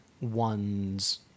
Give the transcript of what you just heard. one's